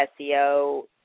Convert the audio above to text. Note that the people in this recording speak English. SEO –